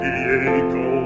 Diego